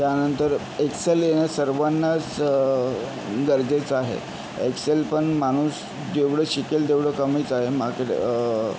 त्यानंतर एक्सेल येणं सर्वांनाच गरजेचं आहे एक्सेलपण माणूस जेवढे शिकेल तेवढं कमीच आहे माक